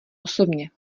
osobně